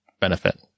benefit